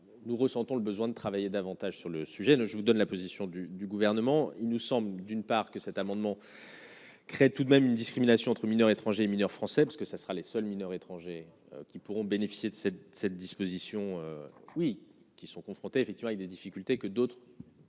nous ressentons le besoin de travailler davantage sur le sujet ne je vous donne la position du du gouvernement, il nous sommes d'une part que cet amendement. Crée tout de même une discrimination entre mineurs étrangers mineurs français parce que ça sera les seuls mineurs étrangers qui pourront bénéficier de cette cette disposition oui qui sont confrontés effectivement et des difficultés que d'autres ne n'ont